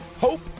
Hope